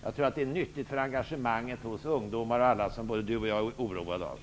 Jag tror att det är nyttigt för engagemanget hos ungdomar och andra som både Alf Svensson och jag är oroade för.